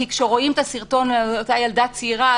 כי כשרואים את הסרטון על אותה ילדה צעירה,